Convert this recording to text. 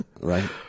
right